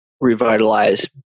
revitalize